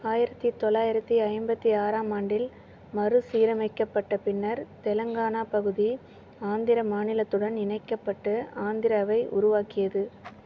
ஆயிரத்து தொளாயிரத்து ஐம்பத்து ஆறாம் ஆண்டில் மறுசீரமைக்கப்பட்ட பின்னர் தெலங்கானா பகுதி ஆந்திர மாநிலத்துடன் இணைக்கப்பட்டு ஆந்திராவை உருவாக்கியது